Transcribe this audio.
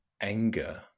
anger